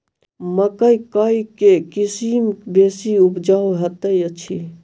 मकई केँ के किसिम बेसी उपजाउ हएत अछि?